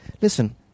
Listen